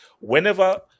whenever